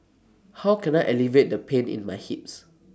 how can I alleviate the pain in my hips